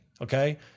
Okay